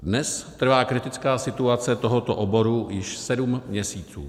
Dnes trvá kritická situace tohoto oboru již sedm měsíců.